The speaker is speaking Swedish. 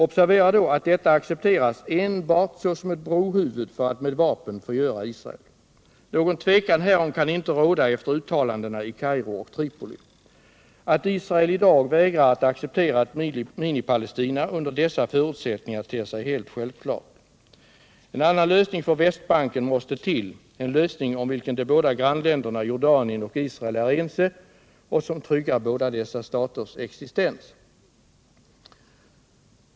Observera då att detta accepteras enbart såsom ett brohuvud för att med vapen förgöra Israel. Någon tvekan härom kan inte råda efter uttalandena i Kairo och Tripoli! Att Israel i dag vägrar att acceptera ett Minipalestina under dessa förutsättningar ter sig helt självklart. — En annan lösning för Västbanken måste till, en lösning om vilken de båda grannländerna Jordanien och Israel är ense och som tryggar båda dessa staters existens.